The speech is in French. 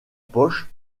poche